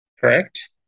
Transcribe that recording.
Correct